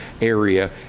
area